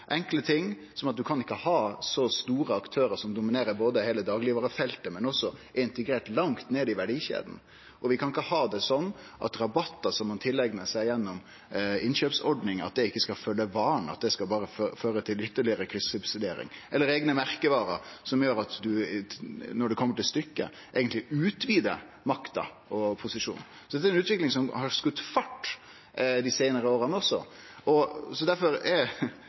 enkle ting som at ein ikkje kan ha så store aktørar som både dominerer heile daglegvarefeltet og også er integrerte langt ned i verdikjeda. Vi kan ikkje ha det sånn at rabattar som ein tileignar seg gjennom innkjøpsordningar, ikkje skal følgje vara, men berre føre til ytterlegare kryssubsidiering eller eigne merkevarer som gjer at ein når det kjem til stykket, eigentleg utvider makta si og posisjonen sin. Dette er ei utvikling som også har skote fart dei seinare åra. Derfor synest eg det er